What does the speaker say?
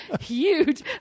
huge